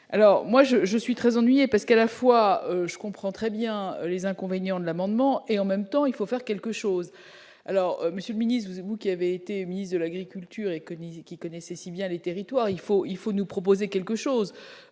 alors moi je, je suis très ennuyée parce qu'à la fois je comprends très bien les inconvénients de l'amendement et en même temps, il faut faire. Quelque chose alors Monsieur ministre vous qui avait été ministre de l'Agriculture, Économie, qui connaissez si bien les territoires il faut il faut nous proposer quelque chose,